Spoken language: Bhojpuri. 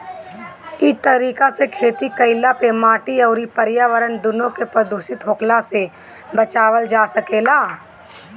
इ तरीका से खेती कईला पे माटी अउरी पर्यावरण दूनो के प्रदूषित होखला से बचावल जा सकेला